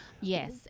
yes